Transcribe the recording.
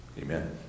Amen